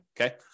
Okay